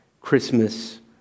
Christmas